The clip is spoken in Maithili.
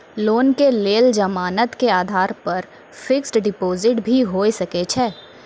लोन के लेल जमानत के आधार पर फिक्स्ड डिपोजिट भी होय सके छै?